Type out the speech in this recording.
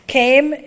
came